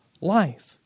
life